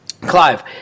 Clive